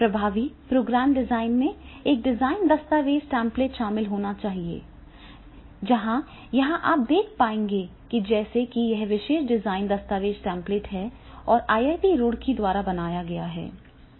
प्रभावी program design में एक डिज़ाइन दस्तावेज़ टेम्प्लेट शामिल होता है जैसे यहाँ आप देखते हैं कि जैसा कि यह विशेष डिज़ाइन दस्तावेज़ टेम्प्लेट है और IIT रुड़की द्वारा बनाया गया है